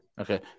Okay